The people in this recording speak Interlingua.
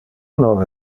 nove